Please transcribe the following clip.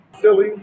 silly